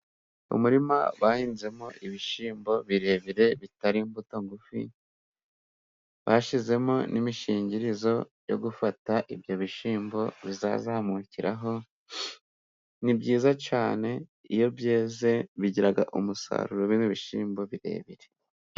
Umurima bahinzemo ibishyimbo birebire bitari imbuto ngufi bashyizemo n'imishingirizo yo gufata ibyo bishyimbo bizazamukiraho. Ni byiza cyane iyo byeze bigira umusaruro bino bishyimbo birebire.